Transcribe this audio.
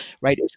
right